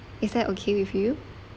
is that okay with you